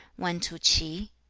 went to ch'i.